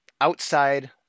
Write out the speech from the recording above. outside